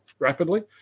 rapidly